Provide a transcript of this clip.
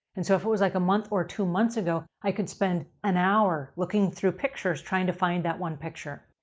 and so, if it was like a month or two months ago, i could spend an hour looking looking through pictures, trying to find that one picture.